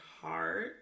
heart